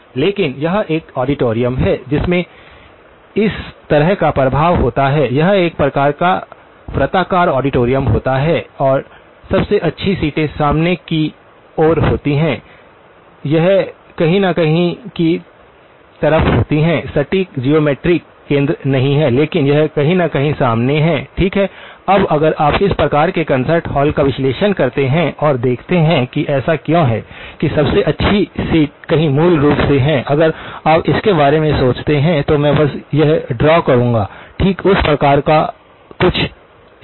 लेकिन यह एक ऑडिटोरियम है जिसमें इस तरह का प्रभाव होता है यह एक प्रकार का वृत्ताकार ऑडिटोरियम होता है और सबसे अच्छी सीटें सामने की ओर होती हैं यह कहीं न कहीं की तरह होती है सटीक जियोमेट्रिक केंद्र नहीं है लेकिन यह कहीं न कहीं सामने है ठीक है अब अगर आप इस प्रकार के कॉन्सर्ट हॉल का विश्लेषण करते हैं और देखते हैं कि ऐसा क्यों है कि सबसे अच्छी सीटें कहीं मूल रूप से हैं अगर आप इसके बारे में सोचते हैं तो मैं बस यह ड्रा करूँगाठीक उस प्रकार का कुछ ठीक है